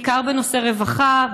בעיקר בנושאי רווחה,